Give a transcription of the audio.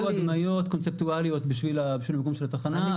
נעשו הדמיות קונספטואליות בשביל המיקום של התחנה.